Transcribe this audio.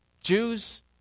Jews